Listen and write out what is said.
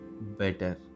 better